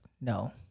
no